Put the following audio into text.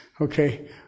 Okay